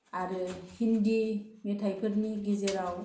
आरो हिन्दी मेथायफोरनि गेजेराव